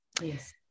Yes